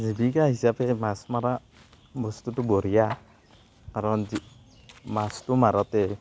জীৱিকা হিচাপে মাছ মাৰা বস্তুটো বঢ়িয়া কাৰণ মাছটো মাৰোতে